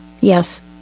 Yes